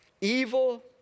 evil